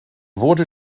wurde